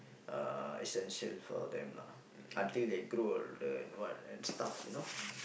uh essential for them lah until they grow then what and stuff you know